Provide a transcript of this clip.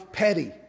petty